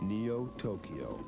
Neo-Tokyo